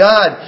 God